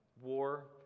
War